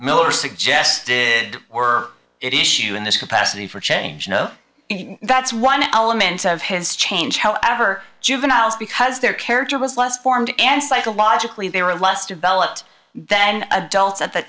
miller suggested were issue in this capacity for change no that's one element of his change however juveniles because their character was less formed and psychologically they were less developed than adults at the